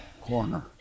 corner